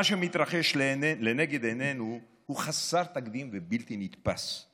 מה שמתרחש לנגד עינינו הוא חסר תקדים ובלתי נתפס.